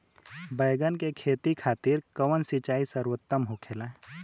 बैगन के खेती खातिर कवन सिचाई सर्वोतम होखेला?